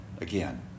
again